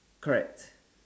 correct